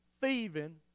thieving